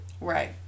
Right